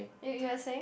you you are saying